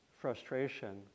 frustration